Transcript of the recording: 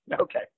okay